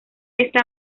esta